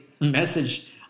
message